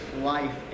life